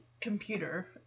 computer